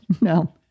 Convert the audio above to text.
No